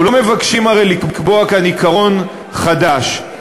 הרי אנחנו לא מבקשים לקבוע כאן עיקרון חדש,